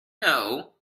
know